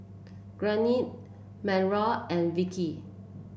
Gardne Mauro and Vickie